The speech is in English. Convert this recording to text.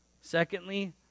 Secondly